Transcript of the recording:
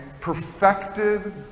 perfected